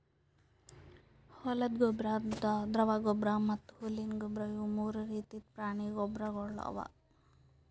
ಹೊಲ್ದ ಗೊಬ್ಬರ್, ದ್ರವ ಗೊಬ್ಬರ್ ಮತ್ತ್ ಹುಲ್ಲಿನ ಗೊಬ್ಬರ್ ಇವು ಮೂರು ರೀತಿದ್ ಪ್ರಾಣಿ ಗೊಬ್ಬರ್ಗೊಳ್ ಅವಾ